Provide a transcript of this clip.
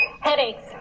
headaches